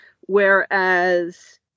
whereas